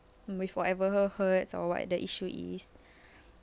with whatever hurts or what the issue is